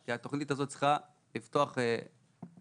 אם בתחילת הרפורמה לבריאות הנפש קופות